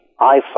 iPhone